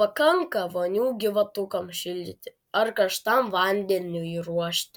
pakanka vonių gyvatukams šildyti ar karštam vandeniui ruošti